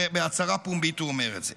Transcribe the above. בהצהרה פומבית הוא אומר את זה,